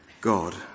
God